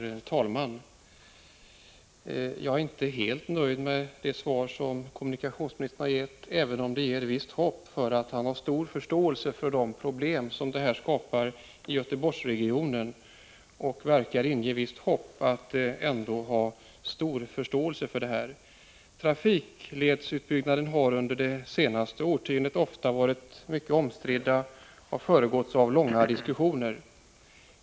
Herr talman! Jag är inte helt nöjd med det svar som kommunikationsministern har gett, även om det ger ett visst hopp att han har stor förståelse för de problem detta skapar i Göteborgsregionen. Trafikledsutbyggnaden har under det senaste årtiondet ofta varit mycket omstridd och föregåtts av långa diskussioner.